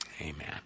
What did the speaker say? Amen